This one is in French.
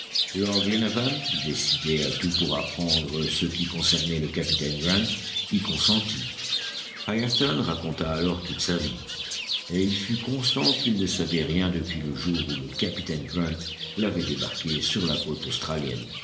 glenarvan décidé à tout pour apprendre ce qui concernait le capitaine grant y consentit ayrton raconta alors toute sa vie et il fut constant qu'il ne savait rien depuis le jour où le capitaine grant l'avait débarqué sur la côte australienne